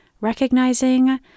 Recognizing